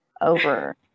over